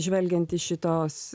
žvelgiant iš šitos